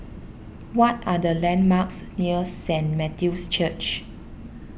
what are the landmarks near Saint Matthew's Church